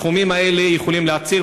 הסכומים האלה יכולים להציל,